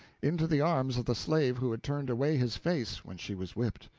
into the arms of the slave who had turned away his face when she was whipped.